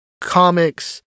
comics